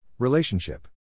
Relationship